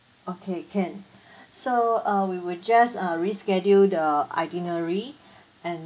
okay can so uh we will just uh reschedule the itinerary and